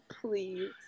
Please